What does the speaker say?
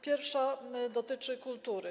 Pierwsza dotyczy kultury.